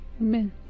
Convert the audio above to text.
amen